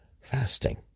fasting